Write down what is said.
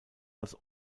als